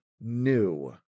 new